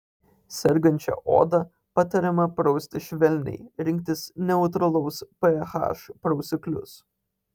sergančią odą patariama prausti švelniai rinktis neutralaus ph prausiklius